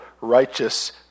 righteous